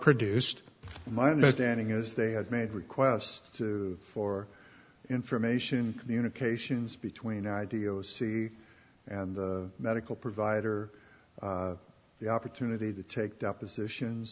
produced my understanding is they had made requests for information communications between ideo c and medical provider the opportunity to take depositions